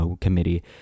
committee